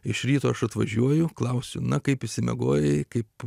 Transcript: iš ryto aš atvažiuoju klausiu na kaip išsimiegojai kaip